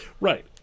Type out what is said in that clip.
Right